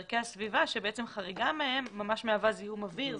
אלה ערכי הסביבה שבעצם חריגה מהם ממש מהווה זיהום אוויר.